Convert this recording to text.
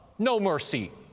no mercy,